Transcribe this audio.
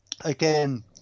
again